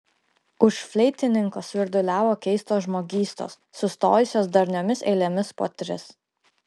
už fleitininko svirduliavo keistos žmogystos sustojusios darniomis eilėmis po tris